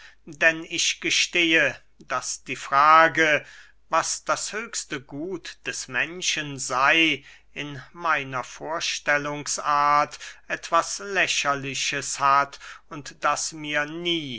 denn ich gestehe daß die frage was das höchste gut des menschen sey in meiner vorstellungsart etwas lächerliches hat und daß mir nie